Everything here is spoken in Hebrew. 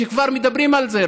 כבר מדברים על זה,